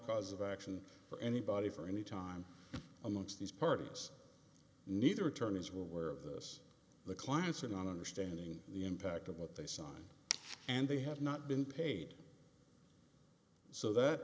cause of action for anybody for any time amongst these parties neither attorneys were aware of this the clients are not understanding the impact of what they signed and they have not been paid so that